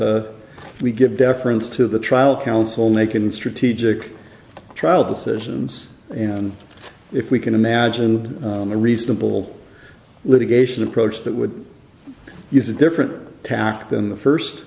ed we give deference to the trial counsel making strategic trial decisions and if we can imagine a reasonable litigation approach that would use a different tact than the first